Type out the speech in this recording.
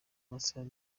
masaha